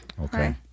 Okay